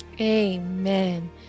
Amen